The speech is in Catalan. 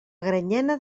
granyena